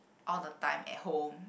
all the time at home